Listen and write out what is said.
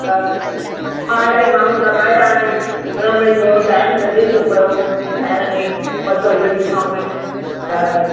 त मां इलाही माण्हू लॻाया आहिनि उन में थोरो टाइम लॻे थो पयो ठाहिण में ॿ सौ यूनिफ़ॉर्म में न त